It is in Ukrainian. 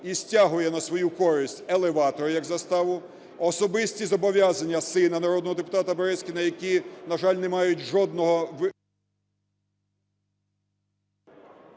і стягує на свою користь елеватор як заставу, особисті зобов'язання сина народного депутата Березкіна, які, на жаль, не мають жодного…